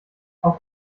auf